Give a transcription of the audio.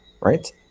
right